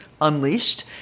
unleashed